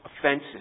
offenses